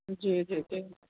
जी जी जी